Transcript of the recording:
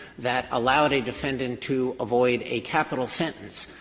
that allowed a defendant to avoid a capital sentence.